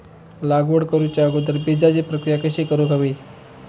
लागवड करूच्या अगोदर बिजाची प्रकिया कशी करून हवी?